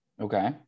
Okay